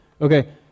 Okay